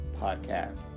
Podcasts